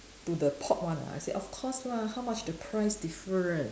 to the pot one ah I say of course how much the price different